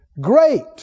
great